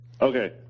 Okay